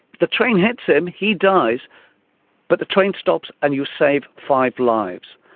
the train hits him, he dies but the train stops and you save five lives.